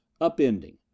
upending